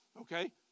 Okay